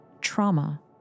trauma